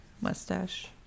mustache